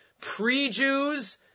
pre-Jews